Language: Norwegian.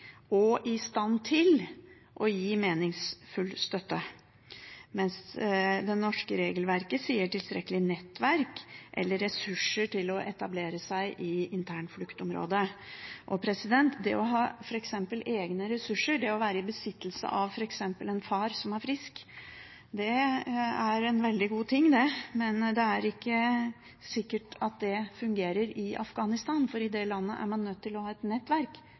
og i stand til å gi meningsfull støtte. Det norske regelverket sier «tilstrekkelig nettverk og/eller tilstrekkelige ressurser til å etablere seg i internfluktområdet ». Det å ha egne ressurser og være i besittelse av f.eks. en far som er frisk, er en veldig god ting, men det er ikke sikkert at det fungerer i Afghanistan, for i det landet er man nødt til å ha et nettverk